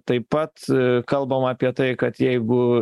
taip pat kalbama apie tai kad jeigu